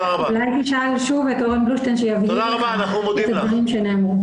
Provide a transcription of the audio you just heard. אולי תשאל שוב את אורן בלומשטיין שיבהיר לך את הדברים שנאמרו.